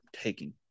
taking